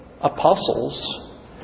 apostles